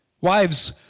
Wives